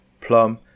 plum